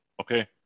Okay